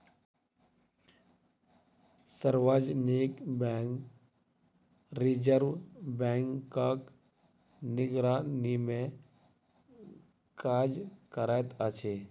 सार्वजनिक bank reserve बैंकक निगरानीमे काज करैत अछि